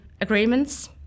agreements